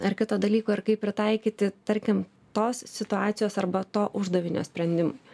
ar kito dalyko ir kaip pritaikyti tarkim tos situacijos arba to uždavinio sprendimui